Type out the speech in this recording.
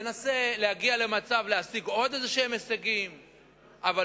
ינסה להגיע למצב שאפשר להשיג עוד הישגים כלשהם,